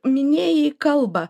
minėjai kalbą